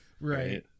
Right